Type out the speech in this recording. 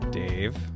Dave